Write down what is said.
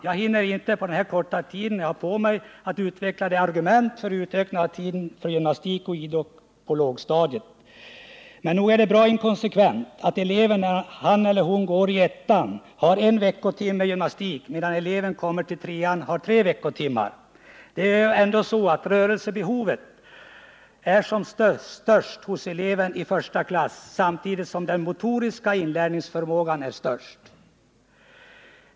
Jag hinner inte på den korta tid jag har på mig att utveckla argumenten för en utökning av tiden för gymnastik och idrott på lågstadiet. Men nog är det bra inkonsekvent att eleven när han eller hon går i ettan har en veckotimme gymnastik medan eleven har tre veckotimmar i trean. Rörelsebehovet är ju ändå störst hos eleven i första klass, samtidigt som den motoriska inlärningsförmågan är störst då.